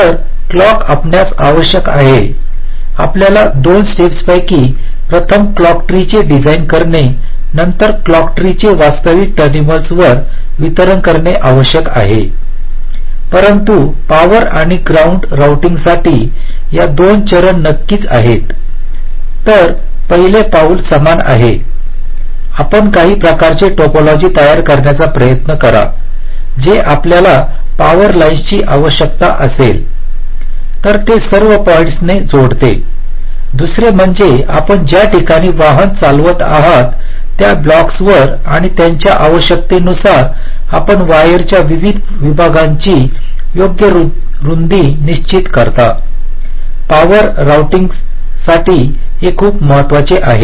तर क्लॉक आपणास आवश्यक आहे आपल्या दोन स्टेप्स पैकी प्रथम क्लॉक ट्रीचे डिझाइन करणे नंतर क्लॉक ट्रीचे वास्तविक टर्मिनल्सवर वितरण करणे आवश्यक आहे परंतु पॉवर आणि ग्राउंड राउटिंगसाठी या दोन चरण नक्कीच आहेत तर पहिले पाऊल समान आहे आपण काही प्रकारचे टोपोलॉजी तयार करण्याचा प्रयत्न करा जे आपल्याला पॉवर लाईन्सची आवश्यकता असते तर ते सर्व पॉईंट्सना जोडते दुसरे म्हणजे आपण ज्या ठिकाणी वाहन चालवित आहात त्या ब्लॉक्स वर आणि त्यांच्या आवश्यकतेनुसार आपण वायर च्या विविध विभागांची योग्य रुंदी निश्चित करता पॉवर आउटिंगसाठी हे खूप महत्वाचे आहे